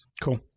Cool